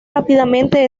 rápidamente